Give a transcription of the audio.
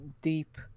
deep